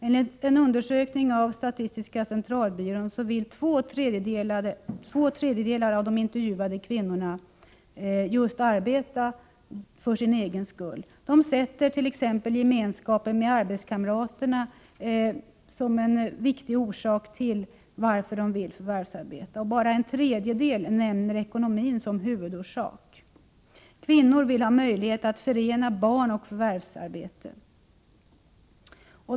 Enligt en undersökning av SCB vill två tredjedelar av de intervjuade kvinnorna arbeta just för sin egen skull. De sätter t.ex. gemenskapen med arbetskamraterna som en viktig orsak till att de vill förvärvsarbeta. Bara en tredjedel av dem nämner ekonomin som huvudorsak. Kvinnor vill ha möjlighet att förena barn och förvärvsarbete.